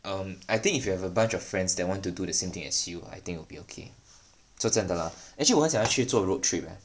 um I think if you have a bunch of friends that want to do the same thing as you I think it'll be okay 说真的 lah actually 我很想去做 road trip ah